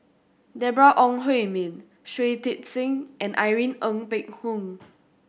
Deborah Ong Hui Min Shui Tit Sing and Irene Ng Phek Hoong